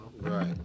Right